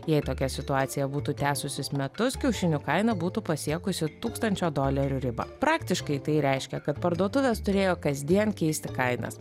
jei tokia situacija būtų tęsusis metus kiaušinių kaina būtų pasiekusi tūkstančio dolerių riba praktiškai tai reiškia kad parduotuvės turėjo kasdien keisti kainas